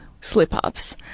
slip-ups